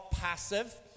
passive